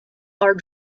are